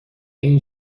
این